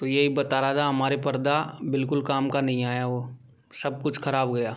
तो यही बता रहा था हमारा पर्दा बिल्कुल काम का नहीं आया वह सब कुछ ख़राब गया